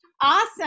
Awesome